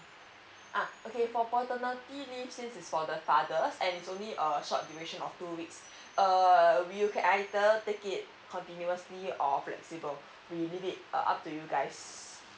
oh okay for paternity leave since it's for the fathers and it's only a short duration of two weeks err you can either take it continuously or flexible we leave it uh up to you guys